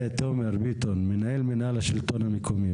תומר ביטון, מנהל מינהל השלטון המקומי,